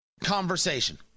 conversation